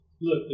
look